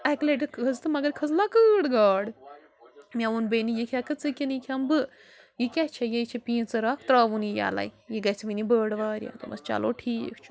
اَکہِ لَٹہِ کھٔژ تہٕ مگر کھٔژ لۅکۭٹۍ گاڈ مےٚ ووٚن بیٚنہِ یہِ کھٮ۪کھہٕ ژٕ کِنہٕ یہِ کھٮ۪مہٕ بہٕ یہِ کیٛاہ چھےٚ یہِ چھےٚ پیٖنٛژٕر اکھ ترٛاوُن یہِ یَلَے یہِ گَژھِ وُنۍ بٔڈۍ واریاہ دوٚپمس چلو ٹھیٖک چھُ